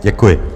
Děkuji.